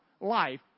Life